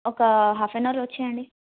ఒక half and ఆవర్లో వచ్చేయండి